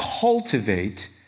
cultivate